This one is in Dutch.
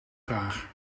graag